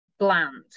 bland